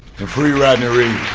and free rodney reed.